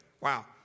Wow